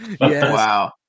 Wow